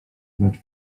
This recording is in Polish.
lecz